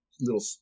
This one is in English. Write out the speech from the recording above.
little